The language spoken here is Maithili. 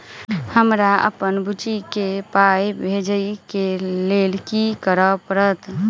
हमरा अप्पन बुची केँ पाई भेजइ केँ लेल की करऽ पड़त?